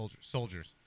soldiers